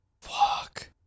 Fuck